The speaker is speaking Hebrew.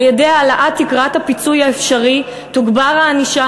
על-ידי העלאת תקרת הפיצוי האפשרי תוגבר הענישה